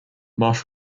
marsh